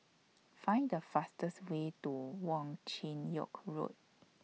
Find The fastest Way to Wong Chin Yoke Road